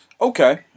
okay